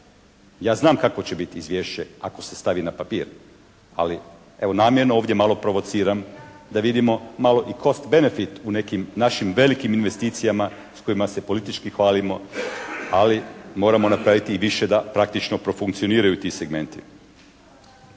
Ja znam kakvo će biti izvješće ako se stavi na papir, ali evo namjerno ovdje malo provociram da vidimo malo i …/Govornik se ne razumije./… u nekim našim velikim investicijama s kojima se politički hvalimo, ali moramo napraviti i više da praktično profunkcioniraju ti segmenti.